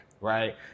right